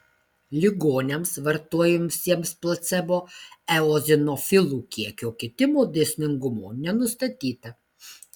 ligoniams vartojusiems placebo eozinofilų kiekio kitimo dėsningumo nenustatyta